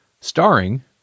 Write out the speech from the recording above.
starring